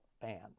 fan